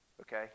Okay